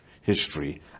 history